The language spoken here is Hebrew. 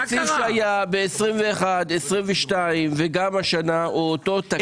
התקציב בשנים 2022-2021 וגם השנה הוא אותו תקציב.